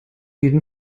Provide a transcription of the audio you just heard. jeden